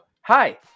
Hi